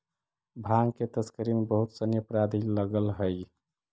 भाँग के तस्करी में बहुत सनि अपराधी लगल हइ